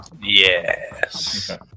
Yes